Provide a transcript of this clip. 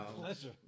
Pleasure